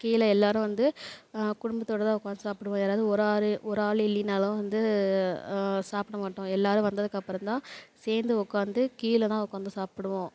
கீழே எல்லாரும் வந்து குடும்பத்தோட தான் உட்காந்து சாப்பிடுவோம் யாராவது ஒரு ஆள் ஒரு ஆள் இல்லைனாலும் வந்து சாப்பிட மாட்டோம் எல்லாரும் வந்ததுக்கப்புறம் தான் சேர்ந்து உட்காந்து கீழேதான் உட்காந்து சாப்பிடுவோம்